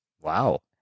Wow